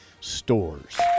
Stores